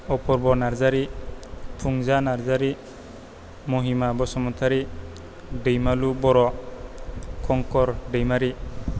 अपुरबा नार्जारि फुंजा नार्जारि महिमा बसुमतारी दैमालु बर' खंखर दैमारि